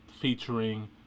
featuring